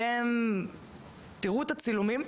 אתם תראו את הצילומים,